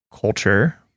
culture